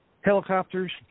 helicopters